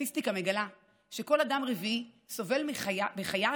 הסטטיסטיקה מגלה שכל אדם רביעי סובל בחייו